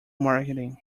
marketing